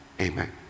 Amen